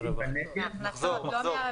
מהמחזור.